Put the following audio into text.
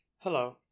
Hello